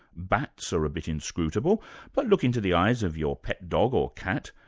bats are a bit inscrutable but look into the eyes of your pet dog, or cat,